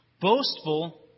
boastful